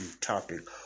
topic